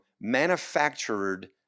manufactured